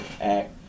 act